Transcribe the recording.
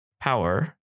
power